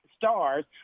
Stars